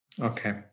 okay